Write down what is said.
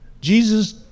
Jesus